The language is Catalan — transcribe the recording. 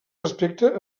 respecte